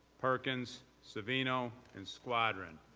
perkins, savino, and squadron.